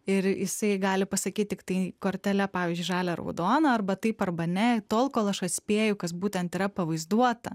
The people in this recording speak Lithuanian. ir jisai gali pasakyt tiktai kortele pavyzdžiui žalią raudoną arba taip arba ne tol kol aš atspėju kas būtent yra pavaizduota